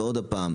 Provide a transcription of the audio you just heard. ועוד הפעם,